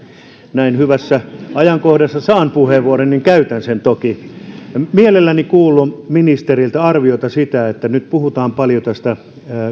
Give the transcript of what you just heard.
näin hyvässä ajankohdassa saan puheenvuoron käytän sen toki mielelläni kuulen ministeriltä arviota siitä kun nyt puhutaan paljon tästä